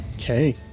Okay